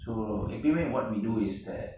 so எப்பையுமே:eppeyume what we do is that